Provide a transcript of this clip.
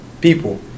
people